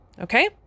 Okay